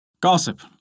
Gossip